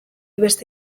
beste